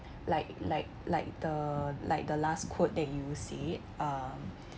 like like like the like the last quote that you will see it um